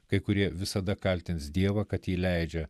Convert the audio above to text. kai kurie visada kaltins dievą kad jį leidžia